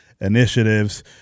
Initiatives